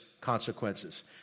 consequences